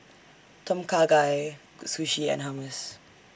Tom Kha Gai Sushi and Hummus